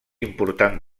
important